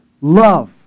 love